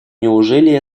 неужели